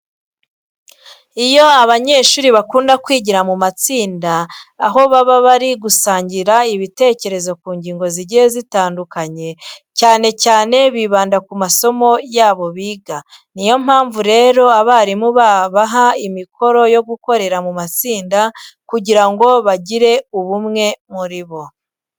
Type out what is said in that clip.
Iyo abanyeshuri bakunda kwigira mu matsinda aho baba bari gusangira ibitekerezo ku ngingo zigiye zitandukanye, cyane cyane bibanda ku masomo yabo biga. Ni yo mpamvu rero abarimu babaha imikoro yo gukorera mu matsinda kugira ngo bagire ubumwe muri bo.